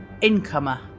incomer